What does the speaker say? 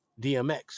dmx